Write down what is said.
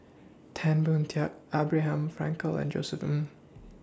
Tan Boon Teik Abraham Frankel and Josef Ng